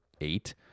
eight